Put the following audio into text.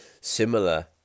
similar